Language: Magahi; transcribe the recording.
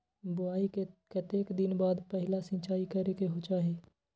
बोआई के कतेक दिन बाद पहिला सिंचाई करे के चाही?